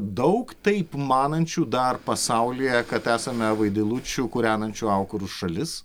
daug taip manančių dar pasaulyje kad esame vaidilučių kūrenančių aukurus šalis